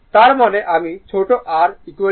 তার মানে আমি ছোট r 55